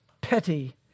petty